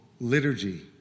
liturgy